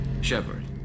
Shepard